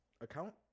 account